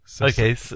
Okay